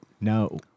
No